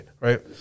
Right